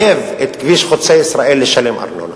לחייב את כביש חוצה-ישראל לשלם ארנונה,